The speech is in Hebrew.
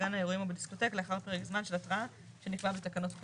בגן האירועים או בדיסקוטק לאחר פרק זמן של התראה שנקבע בתקנות.